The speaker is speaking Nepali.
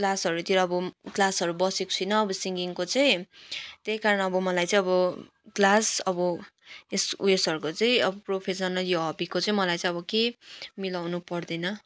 क्लासहरूतिर अब क्लासहरू बसेको छुइनँ अब सिङ्गिङको चाहिँ त्यहीकारण अब मलाई चाहिँ अब क्लास अब एस उएसहरूको चाहिँ अब प्रोफेसनल यो हबीको चाहिँ मलाई चाहिँ अब केही मिलाउनु पर्दैन